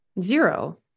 Zero